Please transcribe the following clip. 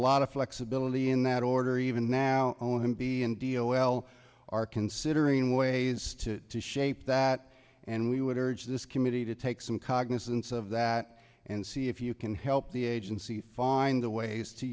lot of flexibility in that order even now own him be and deal well are considering ways to shape that and we would urge this committee to take some cognizance of that and see if you can help the agency find the ways to